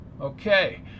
Okay